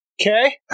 Okay